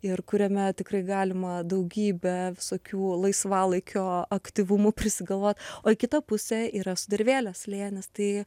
ir kuriame tikrai galima daugybę visokių laisvalaikio aktyvumų prisigalvot o į kitą pusę yra sudervėlės slėnis tai